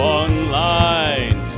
online